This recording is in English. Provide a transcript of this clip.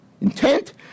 intent